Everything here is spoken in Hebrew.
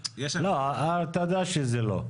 אתה יודע שזה לא.